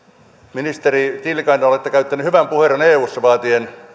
ministeri tiilikainen olette käyttänyt hyvän puheenvuoron eussa vaatien